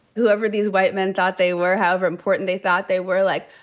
whoever these white men thought they were, however important they thought they were, like,